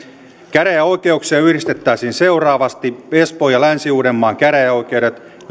käräjäoikeuksia yhdistettäisiin seuraavasti espoon ja länsi uudenmaan käräjäoikeudet